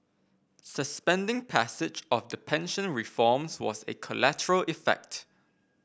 suspending passage of the pension reforms was a collateral effect